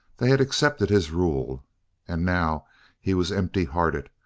they had accepted his rule and now he was emptyhearted,